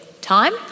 time